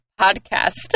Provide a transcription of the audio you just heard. podcast